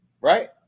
right